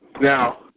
Now